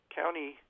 county